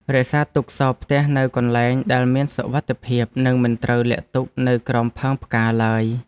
រក្សាទុកសោរផ្ទះនៅកន្លែងដែលមានសុវត្ថិភាពនិងមិនត្រូវលាក់ទុកនៅក្រោមផើងផ្កាឡើយ។